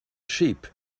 sheep